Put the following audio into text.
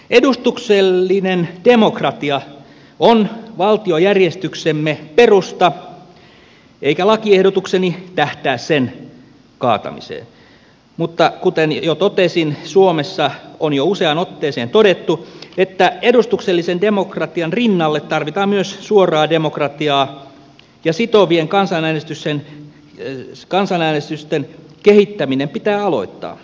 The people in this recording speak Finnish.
edustuksellinen demokratia on valtiojärjestyksemme perusta eikä lakiehdotukseni tähtää sen kaatamiseen mutta kuten jo totesin suomessa on jo useaan otteeseen todettu että edustuksellisen demokratian rinnalle tarvitaan myös suoraa demokratiaa ja sitovien kansanäänestysten kehittäminen pitää aloittaa